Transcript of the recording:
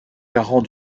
garant